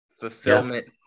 fulfillment